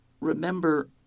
remember